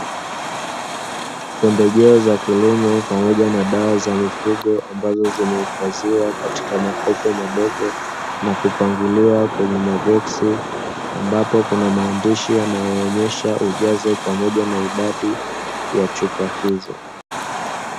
Pembejeo za kilimo pamoja na dawa za mifugo ambazo zimehifadhiwa katika makopo madogo na kupangiliwa kwenye maboksi, ambapo kuna maandishi yanayoonyesha ujazo pamoja na idadi ya chupa hizo.